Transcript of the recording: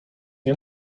nie